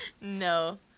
No